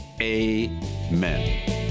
Amen